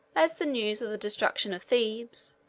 as the news of the destruction of thebes,